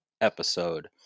episode